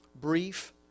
brief